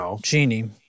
Genie